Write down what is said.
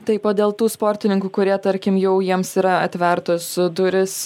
taip o dėl tų sportininkų kurie tarkim jau jiems yra atvertos durys